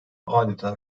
adeta